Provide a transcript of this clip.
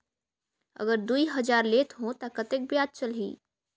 अगर दुई हजार लेत हो ता कतेक ब्याज चलही?